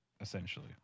Essentially